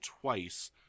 twice